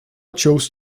chose